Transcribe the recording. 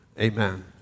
Amen